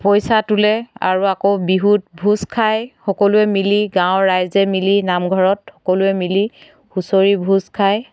পইচা তোলে আৰু আকৌ বিহুত ভোজ খায় সকলোৱে মিলি গাঁৱৰ ৰাইজে মিলি নামঘৰত সকলোৱে মিলি হুঁচৰি ভোজ খায়